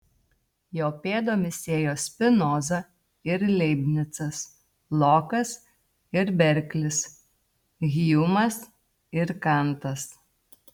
jo pėdomis ėjo spinoza ir leibnicas lokas ir berklis hjumas ir kantas